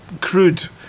crude